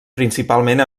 principalment